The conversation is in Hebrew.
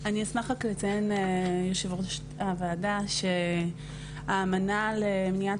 אני אשמח רק לציין יושבת ראש הוועדה שהאמנה למניעת